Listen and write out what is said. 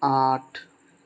আঠ